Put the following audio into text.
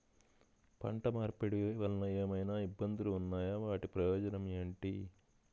పంట మార్పిడి వలన ఏమయినా ఇబ్బందులు ఉన్నాయా వాటి ప్రయోజనం ఏంటి?